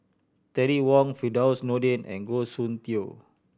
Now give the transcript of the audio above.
Terry Wong Firdaus Nordin and Goh Soon Tioe